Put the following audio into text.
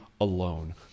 alone